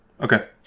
Okay